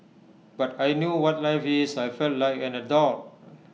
but I knew what life is I felt like an adult